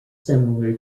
similar